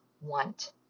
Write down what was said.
want